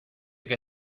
que